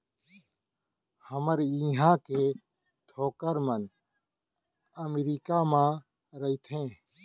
हमर इहॉं के थोरक मन अमरीका म रइथें